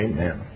Amen